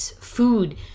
food